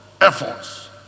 efforts